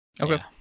Okay